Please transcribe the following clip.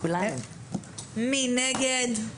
מי נגד?